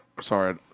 sorry